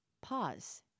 pause